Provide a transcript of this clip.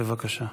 בבקשה.